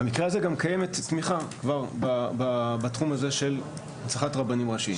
במקרה הזה גם קיימת תמיכה בתחום הזה של הנצחת רבנים ראשיים,